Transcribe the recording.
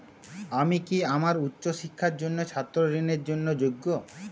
আমি কি আমার উচ্চ শিক্ষার জন্য ছাত্র ঋণের জন্য যোগ্য?